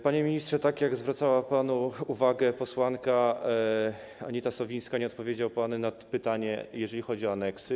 Panie ministrze, tak jak zwracała panu uwagę posłanka Anita Sowińska, nie odpowiedział pan na pytanie, jeżeli chodzi o aneksy.